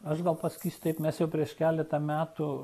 aš gal pasakysiu taip mes jau prieš keletą metų